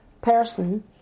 person